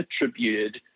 attributed